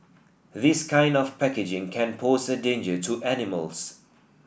this kind of packaging can pose a danger to animals